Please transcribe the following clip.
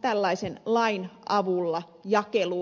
tällaisen lain avulla jakeluun